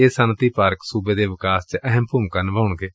ਇਹ ਸੱਨਅਤੀ ਪਾਰਕ ਸੁਬੇ ਦੇ ਵਿਕਾਸ ਅਹਿਮ ਭੂਮਿਕਾ ਨਿਭਾਉਣਗੇ